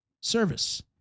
service